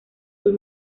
sus